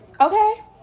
Okay